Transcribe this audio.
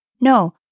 No